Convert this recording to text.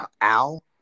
Al